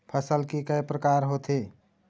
फसल के कय प्रकार होथे?